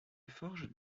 forges